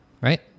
right